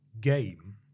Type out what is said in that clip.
game